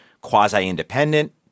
quasi-independent